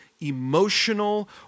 emotional